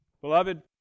Beloved